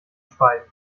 schweigen